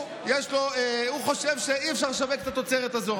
הוא חושב שאי-אפשר לשווק את התוצרת הזו.